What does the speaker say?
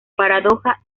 paradoja